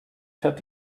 fährt